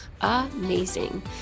amazing